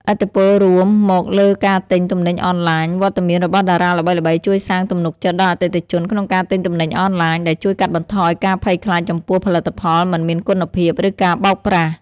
ឥទ្ធិពលរួមមកលើការទិញទំនិញអនទ្បាញ វត្តមានរបស់តារាល្បីៗជួយសាងទំនុកចិត្តដល់អតិថិជនក្នុងការទិញទំនិញអនឡាញ ដែលជួយកាត់បន្ថយការភ័យខ្លាចចំពោះផលិតផលមិនមានគុណភាព ឬការបោកប្រាស់។